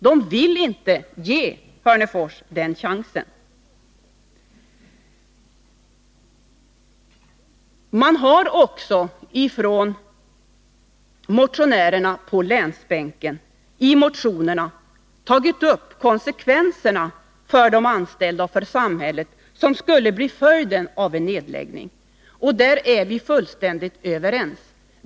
De vill inte ge Hörnefors den chansen. Motionärerna på länsbänken har också i sina motioner tagit upp konsekvenserna av en nedläggning för de anställda och samhället. Där är vi fullständigt överens.